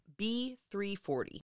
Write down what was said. B340